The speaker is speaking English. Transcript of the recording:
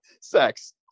Sex